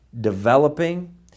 developing